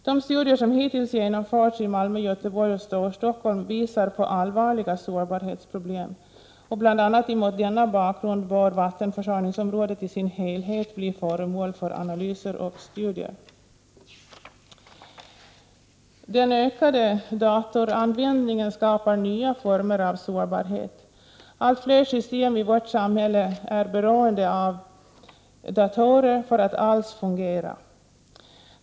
De studier som hittills genomförts i Malmö, Göteborg och Storstockholm visar på allvarliga sårbarhetsproblem. Bl.a. mot denna bakgrund bör vattenförsörjningsområdet i sin helhet bli föremål för analyser och studier. Den ökade datoranvändningen skapar nya former av sårbarhet. Allt fler system i vårt samhälle är beroende av datorer för att alls fungera.